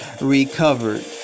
recovered